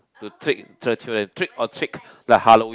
to trick children trick or trick like Halloween